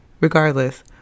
regardless